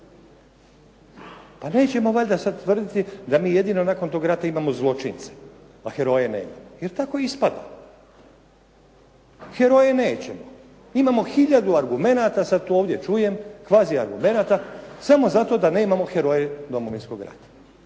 Pa nećemo valjda sad tvrditi da mi jedino nakon tog rata imamo zločince, a heroje nemamo jer tako je ispalo. Heroje nećemo. Imamo hiljadu argumenata, sad tu ovdje čujem, kvazi argumenata samo zato da nemamo heroje Domovinskog rata.